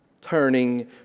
Turning